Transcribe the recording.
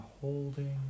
holding